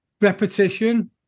repetition